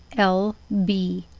l b.